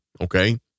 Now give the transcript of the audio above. okay